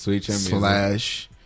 Slash